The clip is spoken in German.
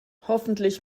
hoffentlich